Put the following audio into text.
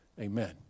amen